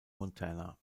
montana